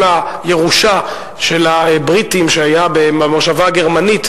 כל הירושה של הבריטים מהמושבה הגרמנית,